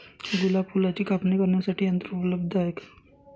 गुलाब फुलाची कापणी करण्यासाठी यंत्र उपलब्ध आहे का?